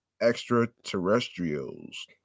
extraterrestrials